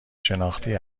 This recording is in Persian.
شناختی